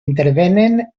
intervenen